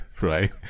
right